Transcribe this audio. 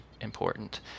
important